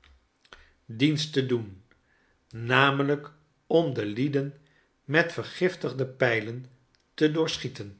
tafereelen uit italie dienst te doen namelijk om de lieden met vergiftigde pijlen te